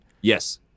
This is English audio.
yes